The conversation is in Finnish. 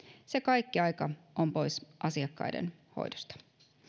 se kaikki aika on pois asiakkaiden hoidosta